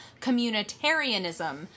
communitarianism